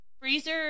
Freezer